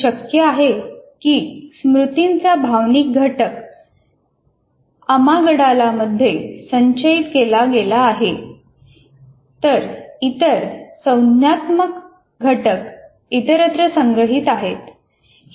हे शक्य आहे की स्मृतीचा भावनिक घटक अमिगडालामध्ये संचयित केला गेला आहे तर इतर संज्ञानात्मक घटक इतरत्र संग्रहित आहेत